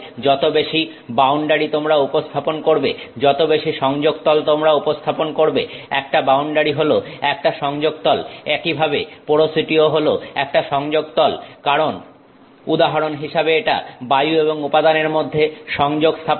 যত বেশি বাউন্ডারি তোমরা উপস্থাপন করবে যত বেশি সংযোগতল তোমরা উপস্থাপন করবে একটা বাউন্ডারি হলো একটা সংযোগতল একইভাবে পোরোসিটিও হল একটা সংযোগতল কারণ উদাহরন হিসাবে এটা বায়ু এবং উপাদানের মধ্যে সংযোগ স্থাপন করে